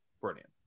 brilliant